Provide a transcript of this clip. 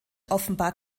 offenbar